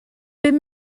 bum